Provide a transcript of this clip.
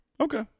Okay